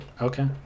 Okay